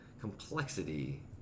complexity